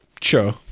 Sure